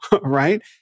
right